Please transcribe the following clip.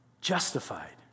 justified